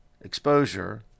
exposure